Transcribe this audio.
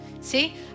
See